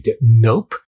nope